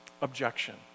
Objection